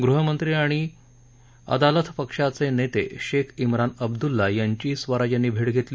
गृहमंत्री आणि अदालथ पक्षाचे नेते शेख इम्रान अबद्ल्ला यांचीही स्वराज यांनी भैट घेतली